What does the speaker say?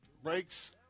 Breaks